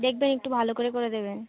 দেখবেন একটু ভালো করে করে দেবেন